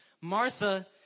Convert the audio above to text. Martha